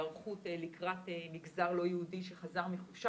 היערכות לקראת מגזר לא יהודי שחזר מחופשה.